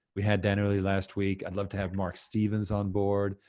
we had dan early last week, i'd love to have marc stevens on board,